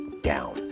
down